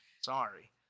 Sorry